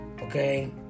Okay